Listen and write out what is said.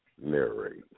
Narrate